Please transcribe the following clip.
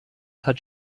hat